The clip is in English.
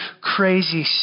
crazy